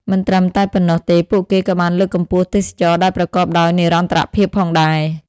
មិនត្រឹមតែប៉ុណ្ណោះទេពួកគេក៏បានលើកកម្ពស់ទេសចរណ៍ដែលប្រកបដោយនិរន្តរភាពផងដែរ ។